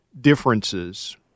differences